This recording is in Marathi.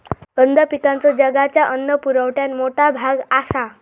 कंद पिकांचो जगाच्या अन्न पुरवठ्यात मोठा भाग आसा